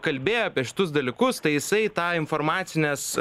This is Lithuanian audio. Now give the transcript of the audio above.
kalbėjo apie šituos dalykus tai jisai tą informacinės